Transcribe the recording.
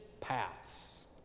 paths